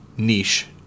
niche